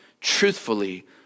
truthfully